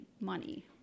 money